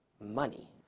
money